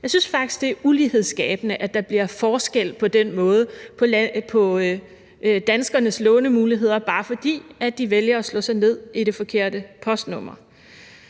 Jeg synes faktisk, det er ulighedsskabende, at der bliver forskel på danskernes lånemuligheder, bare fordi de vælger at slå sig ned i det forkerte postnummer.